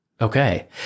Okay